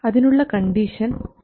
അതിനുള്ള കണ്ടീഷൻ ഇതാണ്